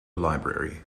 library